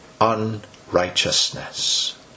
unrighteousness